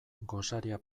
gosaria